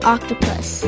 Octopus